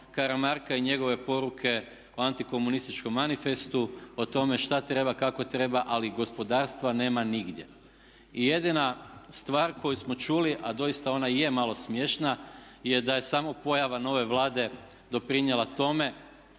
Karamarka i njegove poruke o antikomunističkom manifestu, o tome šta treba, kako treba ali gospodarstva nema nigdje. I jedina stvar koju smo čuli, a doista ona i je malo smiješna je da je samo pojava nove Vlade doprinijela tome